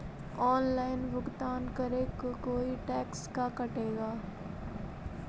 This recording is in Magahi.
ऑनलाइन भुगतान करे को कोई टैक्स का कटेगा?